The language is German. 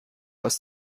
aus